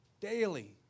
Daily